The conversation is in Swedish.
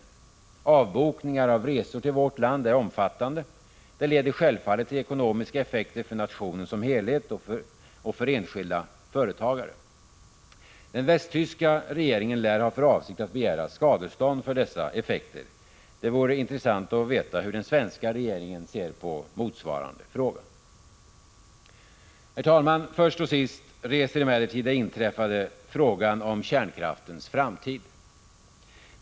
Antalet avbokningar av resor till vårt land är stort. Det leder självfallet till ekonomiska effekter för nationen som helhet och för enskilda företagare. Den västtyska regeringen lär ha för avsikt att begära skadestånd för dessa effekter. Det vore intressant att få veta hur den svenska regeringen ser på motsvarande fråga. Herr talman! Först och sist reser emellertid det inträffade frågan om kärnkraftens framtid.